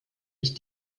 ich